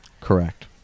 correct